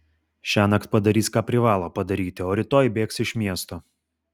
šiąnakt padarys ką privalo padaryti o rytoj bėgs iš miesto